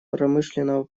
промышленного